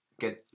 Good